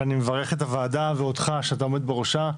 ואני מברך את הוועדה, ואותך, שאתה עומד בראשה,